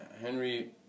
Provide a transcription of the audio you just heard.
Henry